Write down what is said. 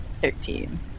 Thirteen